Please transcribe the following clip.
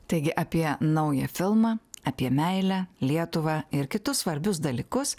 taigi apie naują filmą apie meilę lietuvą ir kitus svarbius dalykus